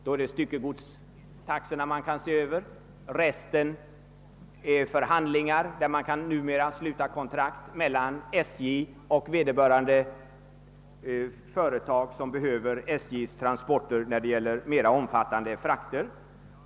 Då är det styckegodstaxorna man skall se över. Resten beror på förhandlingar. Det kan numera slutas speciella kon trakt mellan SJ och vederbörande företag, som behöver anlita SJ för mera omfattande transporter.